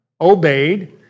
obeyed